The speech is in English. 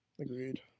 Agreed